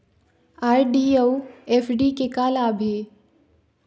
RD अऊ FD के का लाभ हे?